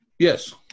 Yes